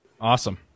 Awesome